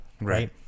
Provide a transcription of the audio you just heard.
right